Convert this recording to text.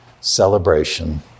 celebration